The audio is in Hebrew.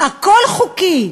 הכול חוקי,